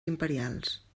imperials